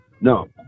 No